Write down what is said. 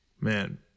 Man